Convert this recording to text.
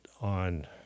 on